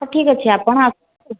ହଉ ଠିକ୍ ଅଛି ଆପଣ ଆସନ୍ତୁ